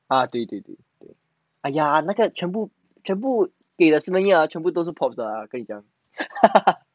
ah 对对对对 !aiya! 那个全部全部给了什么全部都是 popular 的跟你讲